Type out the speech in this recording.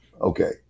Okay